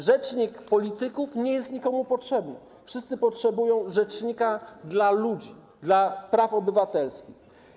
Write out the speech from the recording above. Rzecznik polityków nie jest nikomu potrzebny, wszyscy potrzebują rzecznika dla ludzi, rzecznika praw obywatelskich.